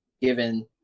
given